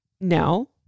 no